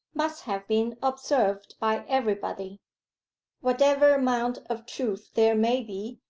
must have been observed by everybody whatever amount of truth there may be,